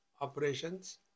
operations